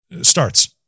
starts